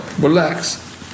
relax